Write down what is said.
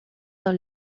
dos